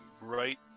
right